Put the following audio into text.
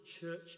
Church